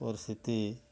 ପରିସ୍ଥିତି